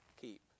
keep